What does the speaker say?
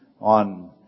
on